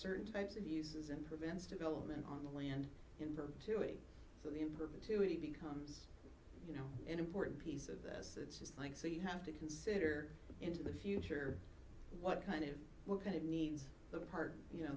certain types of uses and prevents development on the land in perpetuity so the in perpetuity becomes you know an important piece of this it's just like so you have to consider into the future what kind of what kind of needs the part you know